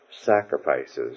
sacrifices